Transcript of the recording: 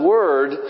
Word